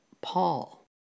Paul